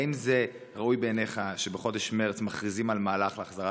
האם ראוי בעיניך שבחודש מרץ מכריזים על מהלך להחזרת